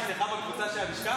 שמחה, אתה, אשתך בקבוצה של הלשכה?